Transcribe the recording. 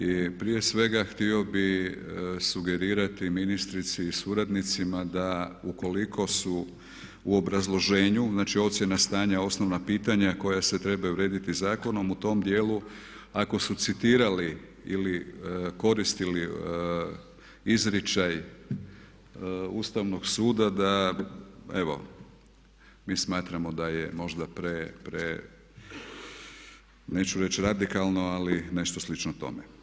I prije svega htio bih sugerirati ministrici i suradnicima da ukoliko su u obrazloženju, znači ocjena stanja osnovna pitanja koja se trebaju urediti zakonom u tom dijelu ako su citirali ili koristili izričaj Ustavnog suda da evo mi smatramo da je možda pre, neću reći radikalno ali nešto slično tome.